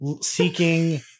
seeking